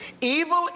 evil